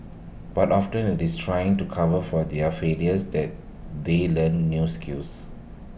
but often IT is in trying to cover for their failures that they learn new skills